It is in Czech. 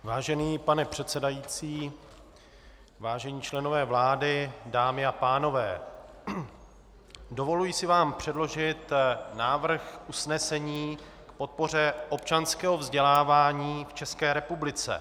Vážený pane předsedající, vážení členové vlády, dámy a pánové, dovoluji si vám předložit návrh usnesení k podpoře občanského vzdělávání v České republice.